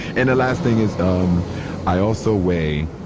and the last thing is um i also weigh,